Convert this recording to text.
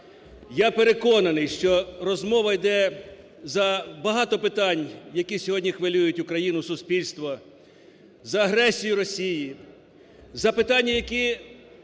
Я переконаний, що розмова іде за багато питань, які сьогодні хвилюють Україну, суспільство, за агресію Росії, запитання, які